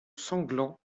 sanglant